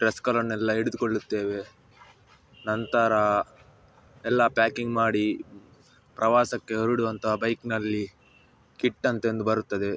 ಡ್ರೆಸ್ಗಳನ್ನೆಲ್ಲ ಹಿಡಿದುಕೊಳ್ಳುತ್ತೇವೆ ನಂತರ ಎಲ್ಲ ಪ್ಯಾಕಿಂಗ್ ಮಾಡಿ ಪ್ರವಾಸಕ್ಕೆ ಹೊರಡುವಂತಹ ಬೈಕಿನಲ್ಲಿ ಕಿಟ್ ಅಂತ ಒಂದು ಬರುತ್ತದೆ